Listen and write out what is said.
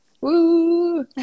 Woo